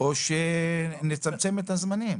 או שנצמצם את הזמנים.